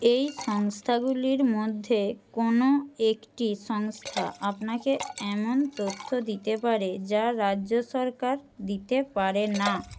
এই সংস্থাগুলির মধ্যে কোনো একটি সংস্থা আপনাকে এমন তথ্য দিতে পারে যা রাজ্য সরকার দিতে পারে না